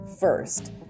first